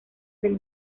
del